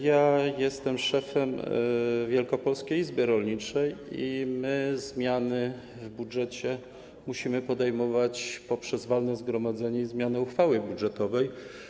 Ja jestem szefem Wielkopolskiej Izby Rolniczej i my zmiany w budżecie musimy przyjmować poprzez walne zgromadzenie i zmiany uchwały budżetowej.